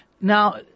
Now